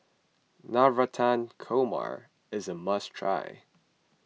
Navratan Korma is a must try